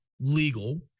legal